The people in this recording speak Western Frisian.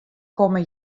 komme